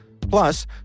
Plus